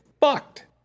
fucked